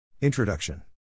Introduction